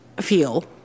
feel